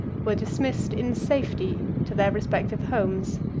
were dismissed in safety to their respective homes,